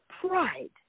pride